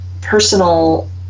personal